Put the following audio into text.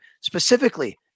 specifically